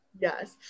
Yes